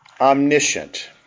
omniscient